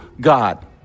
God